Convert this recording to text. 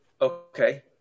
Okay